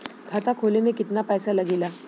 खाता खोले में कितना पैसा लगेला?